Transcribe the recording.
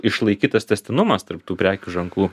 išlaikytas tęstinumas tarp tų prekių ženklų